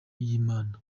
y’imana